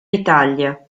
italia